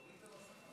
תוריד את המסכה.